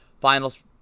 finals